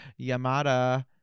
Yamada